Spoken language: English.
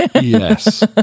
Yes